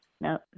No